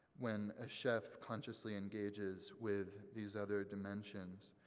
when a chef consciously engages with these other dimensions?